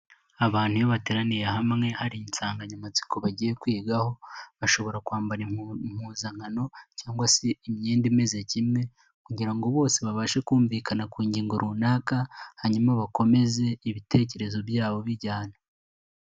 Abantu iyo bateraniye hamwe hari insanganyamatsiko bagiye kwigaho, bashobora kwambara impuzankano, cyangwa se imyenda imeze kimwe, kugira ngo bose babashe kumvikana ku ngingo runaka, hanyuma bakomeze ibitekerezo byabo bijyanye.